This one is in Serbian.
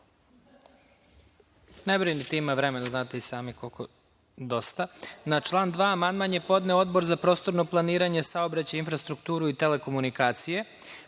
brinite, ima vremena, znate i sami, dosta. Na član 2. amandman je podneo Odbor za prostorno planiranje, saobraćaj, infrastrukturu i telekomunikacije. Predlagač